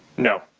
no.